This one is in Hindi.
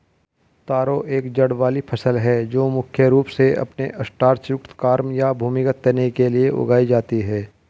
तारो एक जड़ वाली फसल है जो मुख्य रूप से अपने स्टार्च युक्त कॉर्म या भूमिगत तने के लिए उगाई जाती है